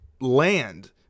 land